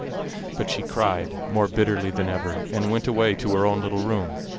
but she cried more bitterly than ever, and went away to her own little room.